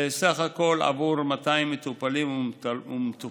וסך הכול בעבור 200 מטופלים ומטופלות,